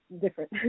different